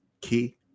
Key